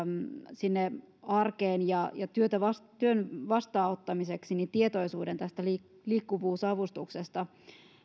sinne arkeen ja työn vastaanottamiseksi tietoisuuden tästä liikkuvuusavustuksesta